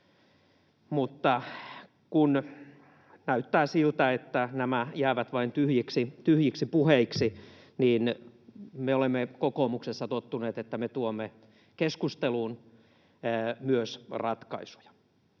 Mutta kun näyttää siltä, että nämä jäävät vain tyhjiksi puheiksi, niin me olemme kokoomuksessa tottuneet siihen, että me tuomme keskusteluun myös ratkaisuja.